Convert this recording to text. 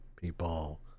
People